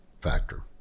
factor